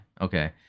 Okay